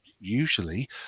usually